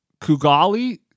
Kugali